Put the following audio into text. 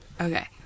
Okay